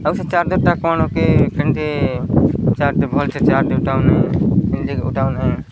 ଆଉ ସେ ଚାର୍ଜର୍ଟା କ'ଣ କି କେମିତି ଚାର୍ଜଟେ ଭଲ ସେ ଚାର୍ଜ ଉଠାଉ ନାହିଁ ଏମିତି ଉଠାଉନି